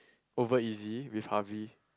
Overeasy with Harvey